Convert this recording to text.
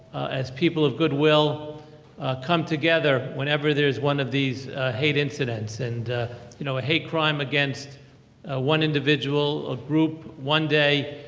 as people of good will come together whenever there's one of these hate incidents. and you know a hate crime againts one individual or group one day,